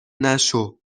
نشو